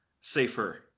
safer